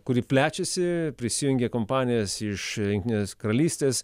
kuri plečiasi prisijungia kompanijos iš jungtinės karalystės